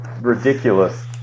ridiculous